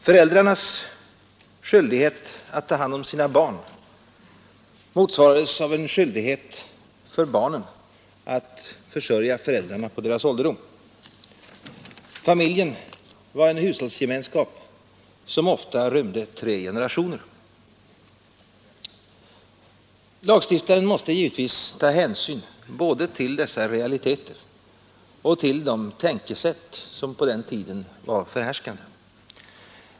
Föräldrarnas skyldighet att ta hand om sina barn motsvarades av en skyldighet för barnen att försörja föräldrarna på deras ålderdom. Familjen var en hushållsgemenskap som ofta rymde tre generationer. Lagstiftaren måste givetvis ta hänsyn både till dessa realiteter och till de tänkesätt som på den tiden var förhärskande.